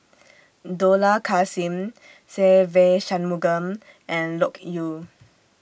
Dollah Kassim Se Ve Shanmugam and Loke Yew